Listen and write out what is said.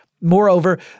Moreover